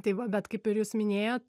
tai va bet kaip ir jūs minėjot